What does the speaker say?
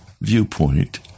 viewpoint